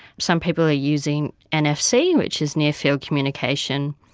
some people are using nfc which is near field communication,